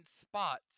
spots